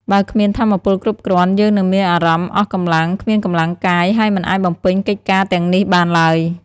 បើគ្មានថាមពលគ្រប់គ្រាន់ យើងនឹងមានអារម្មណ៍អស់កម្លាំង គ្មានកម្លាំងកាយ ហើយមិនអាចបំពេញកិច្ចការទាំងនេះបានឡើយ។